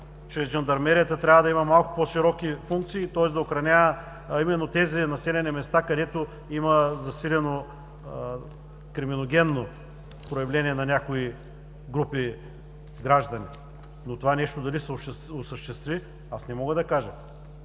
че Жандармерията трябва да има малко по-широки функции, тоест да охранява населените места, където има засилено криминогенно проявление на някои групи граждани. Дали това ще се осъществи, не мога да кажа.